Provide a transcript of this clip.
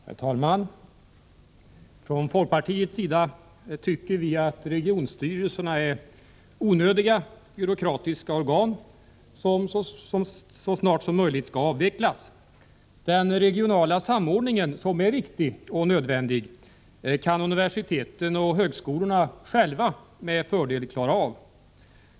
Herr talman! Från folkpartiets sida tycker vi att regionstyrelserna är onödiga byråkratiska organ, som så snart som möjligt skall avvecklas. Den regionala samordningen, som är viktig och nödvändig, kan universiteten och högskolorna själva med fördel klara av.